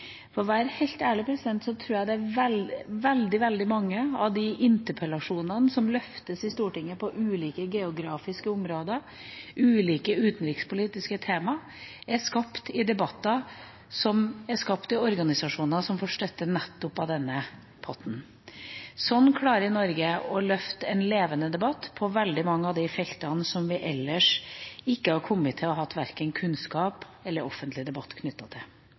For å være helt ærlig tror jeg at veldig mange av de interpellasjonene som løftes fram i Stortinget innenfor ulike geografiske områder og ulike utenrikspolitiske tema, er skapt i debatter som er skapt i organisasjoner som får støtte nettopp av denne potten. Sånn klarer Norge å få en levende debatt på veldig mange av de feltene som vi ellers ikke hadde hatt verken kunnskap eller offentlig debatt knyttet til.